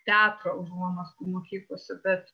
teatro užuomazgų mokyklose bet